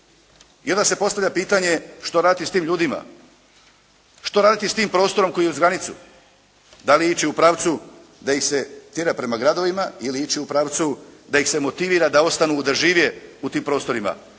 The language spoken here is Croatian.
I onda se postavlja pitanje, što raditi s tim ljudima? Što raditi s tim prostorom koji je uz granicu? Da li ići u pravcu da ih se tjera prema gradovima ili ići u pravcu da ih se motivira da ostanu da žive u tim prostorima?